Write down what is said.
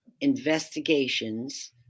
Investigations